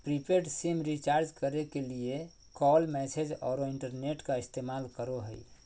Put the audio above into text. prepaid sim recharge करे के लिए कॉल, मैसेज औरो इंटरनेट का इस्तेमाल करो हइ